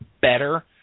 better